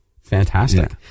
Fantastic